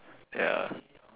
ya